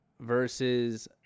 versus